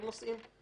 הם נוסעים,